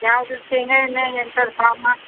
ಯಾವ್ದು ಶೇಂಗಾ ಎಣ್ಣೆ ಎಂತರ್ ಫಾಮ